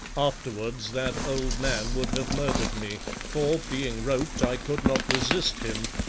afterwards, that old man would have murdered me, for, being roped, i could not resist him,